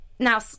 Now